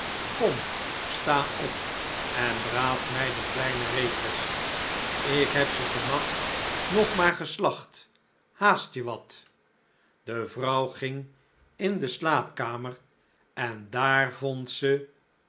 kom sta op en braad mij de kleine rekels ik heb ze van nacht nog maar geslagt haast je wat de vrouw ging in de slaapkamer en daar vond ze